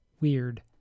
Weird